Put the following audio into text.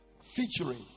featuring